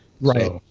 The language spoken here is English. right